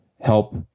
help